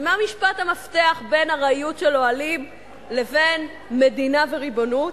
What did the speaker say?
ומה משפט המפתח בין ארעיות של אוהלים לבין מדינה וריבונות?